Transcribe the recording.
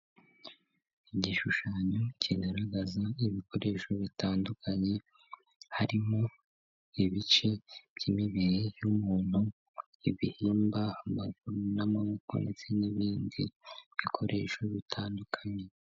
Igishushanyo kigaragaza ibikoresho bitandukanye, harimo ibice by'imibiri y'umuntu, ibihimba amaguru n'amaboko ndetse n'ibindi bikoresho bitandukanye.